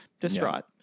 distraught